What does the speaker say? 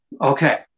okay